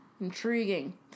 Intriguing